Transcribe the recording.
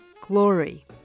Glory